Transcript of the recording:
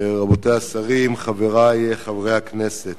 רבותי השרים, חברי חברי הכנסת,